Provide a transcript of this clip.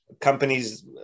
companies